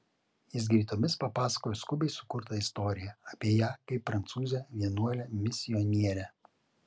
jis greitomis papasakojo skubiai sukurtą istoriją apie ją kaip prancūzę vienuolę misionierę